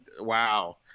Wow